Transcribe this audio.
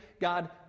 God